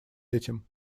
этим